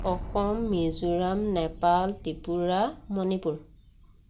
Assam Mizoram Nepal Tripura Manipur